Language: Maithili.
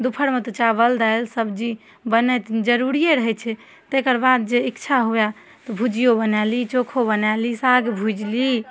दुपहरमे तऽ चावल दालि सब्जी बननाइ तऽ जरूरिये रहय तकर बाद जे इच्छा हुअए तऽ भुजियो बना ली चोखो बना ली साग भुजि ली